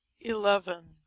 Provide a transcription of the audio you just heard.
eleven